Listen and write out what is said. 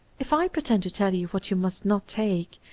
if i pretend to tell you what you must not take,